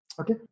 okay